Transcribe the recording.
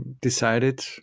decided